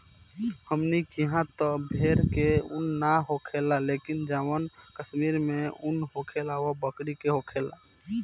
हमनी किहा त भेड़ के उन ना होखेला लेकिन जवन कश्मीर में उन होखेला उ बकरी के होखेला